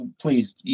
please